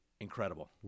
Incredible